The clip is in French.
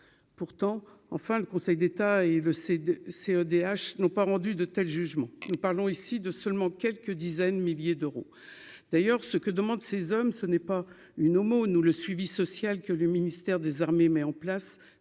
pourtant, enfin, le Conseil d'État et le CD CEDH n'ont pas rendu de tels jugements nous parlons ici de seulement quelques dizaines de milliers d'euros d'ailleurs ce que demandent ces hommes, ce n'est pas une aumône ou le suivi social que le ministère des Armées met en place,